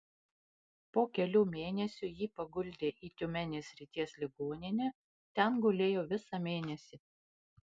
po kelių mėnesių jį paguldė į tiumenės srities ligoninę ten gulėjo visą mėnesį